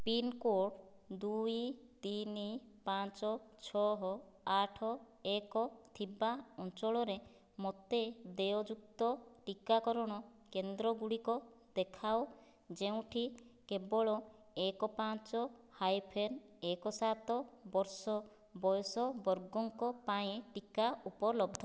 pin code ଦୁଇ ତିନି ପାଞ୍ଚ ଛଅ ଆଠ ଏକ ଥିବା ଅଞ୍ଚଳରେ ମୋତେ ଦେୟଯୁକ୍ତ ଟୀକାକରଣ କେନ୍ଦ୍ରଗୁଡ଼ିକ ଦେଖାଅ ଯେଉଁଠି କେବଳ ଏକ ପାଞ୍ଚ ହାଇପେନ୍ ଏକ ସାତ ବର୍ଷ ବୟସ ବର୍ଗଙ୍କ ପାଇଁ ଟୀକା ଉପଲବ୍ଧ